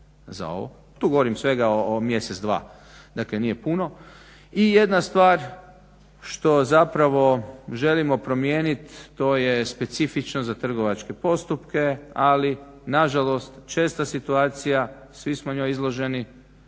Tu govorim svega o mjesec, dva dakle nije puno. I jedna stvar što zapravo želimo promijeniti to je specifično za trgovačke postupke, ali nažalost česta situacija, svi smo njoj izloženi